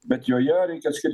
bet joje reikia skirti